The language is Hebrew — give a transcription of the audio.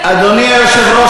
אדוני היושב-ראש,